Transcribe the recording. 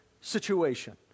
situation